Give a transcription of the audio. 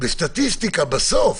- בסטטיסטיקה בסוף,